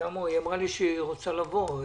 היא אמרה לי שהיא רוצה לבוא.